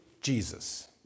Jesus